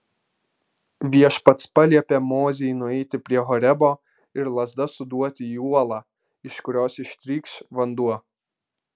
viešpats paliepė mozei nueiti prie horebo ir lazda suduoti į uolą iš kurios ištrykš vanduo